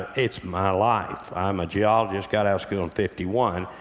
it's my life. i'm a geologist, got out of school in fifty one,